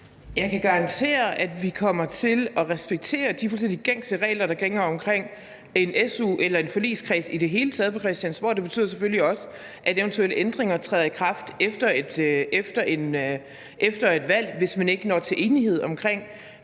Jeg kan garantere, at vi kommer til at respektere de fuldstændig gængse regler, der gælder omkring en su- eller forligskreds i det hele taget på Christiansborg. Det betyder selvfølgelig også, at eventuelle ændringer træder i kraft efter et valg, hvis man ikke når til enighed omkring